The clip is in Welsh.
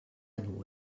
nhw